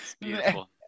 beautiful